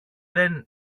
δεν